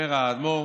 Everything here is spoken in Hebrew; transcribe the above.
אומר האדמו"ר,